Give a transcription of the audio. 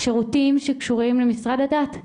שירותים שקשורים למשרד הדת.